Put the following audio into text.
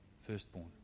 firstborn